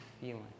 feeling